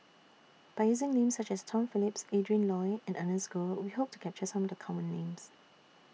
By using Names such as Tom Phillips Adrin Loi and Ernest Goh We Hope to capture Some of The Common Names